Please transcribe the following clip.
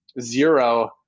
zero